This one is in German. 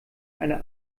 eine